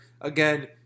Again